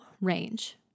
range